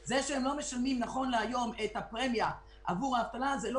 העברנו ל-1.05 משפחות מענק בגין קצבאות אזרח ותיק.